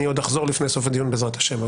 אני עוד אחזור לפני סוף הדיון בעזרת השם.